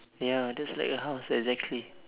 ya that's like a house exactly